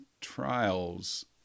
trials